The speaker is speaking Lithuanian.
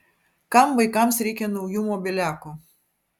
kam vaikams reikia naujų mobiliakų